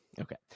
Okay